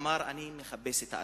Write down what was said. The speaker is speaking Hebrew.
הוא אמר: אני מחפש את האדם.